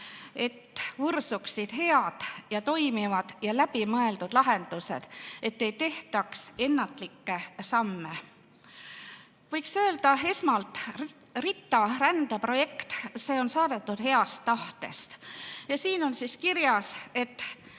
et võrsuksid head ja toimivad ja läbimõeldud lahendused, et ei tehtaks ennatlikke samme. Võiks öelda esmalt, et RITA-rände projekt on saadetud heast tahtest. Seal on kirjas, et